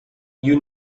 you